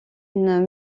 une